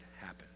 happen